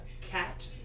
Cat